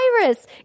virus